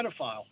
pedophile